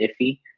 iffy